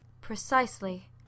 Precisely